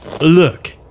Look